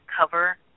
cover